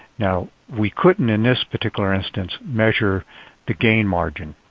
you know we couldn't in this particular instance measure the gain margin.